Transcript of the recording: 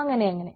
അങ്ങനെ അങ്ങനെ